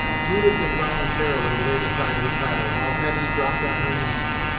judith involuntarily laid aside her paddle, while hetty dropped on her knees,